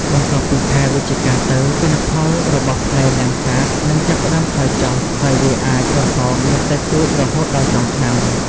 បន្ទាប់ពីខែវិច្ឆិកាទៅ ទិន្នផលរបស់ផ្លែលាំងសាតនឹងចាប់ផ្ដើមថយចុះ ហើយវាអាចបន្តមានតិចតួចរហូតដល់ចុងឆ្នាំ។